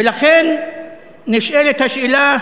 ולכן נשאלת השאלה